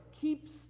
keeps